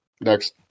Next